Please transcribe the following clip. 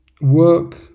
work